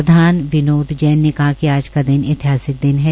प्रधान विनोद जैन ने कहा कि आज का दिन ऐतिहासिक दिन है